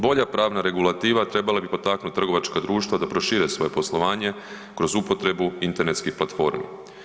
Bolja pravna regulativa trebala bi potaknuti trgovačka društva da prošire svoje poslovanje kroz upotrebu internetskih platformi.